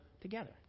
together